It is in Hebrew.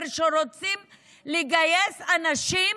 רוצים לגייס אנשים